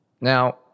Now